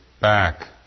back